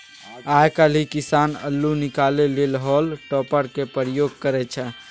आइ काल्हि किसान अल्लु निकालै लेल हॉल टॉपरक प्रयोग करय छै